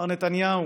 מר נתניהו,